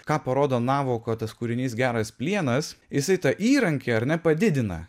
ką parodo navako tas kūrinys geras plienas jisai tą įrankį ar ne padidina